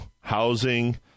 housing